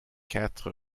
quatre